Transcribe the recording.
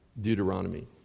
Deuteronomy